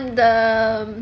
and the